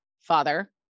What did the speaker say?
Father